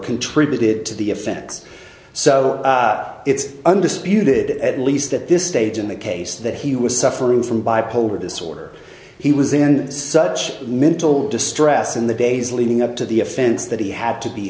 contributed to the offense so it's undisputed at least at this stage in the case that he was suffering from bipolar disorder he was in such mental distress in the days leading up to the offense that he had to be